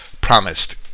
promised